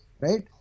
Right